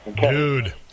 Dude